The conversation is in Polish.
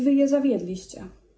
Wy je zawiedliście.